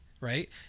right